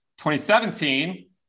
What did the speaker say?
2017